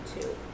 two